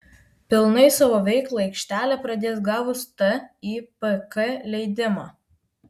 pilnai savo veiklą aikštelė pradės gavus tipk leidimą